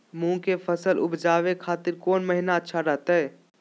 मूंग के फसल उवजावे खातिर कौन महीना अच्छा रहतय?